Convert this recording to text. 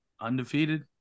undefeated